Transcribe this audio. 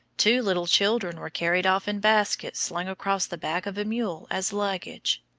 two little children were carried off in baskets slung across the back of a mule as luggage.